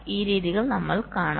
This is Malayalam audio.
ഈ രീതികൾ നമ്മൾ കാണും